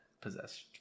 possessed